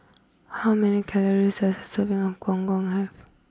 how many calories does a serving of Gong Gong have